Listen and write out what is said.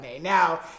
Now